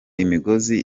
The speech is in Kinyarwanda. imigozi